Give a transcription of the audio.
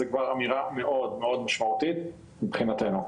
זו כבר אמירה מאוד משמעותית מבחינתנו.